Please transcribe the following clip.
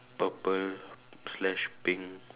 purple slash pink